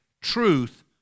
truth